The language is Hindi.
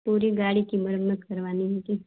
पूरी गाड़ी की मरम्मत करवानी है मुझे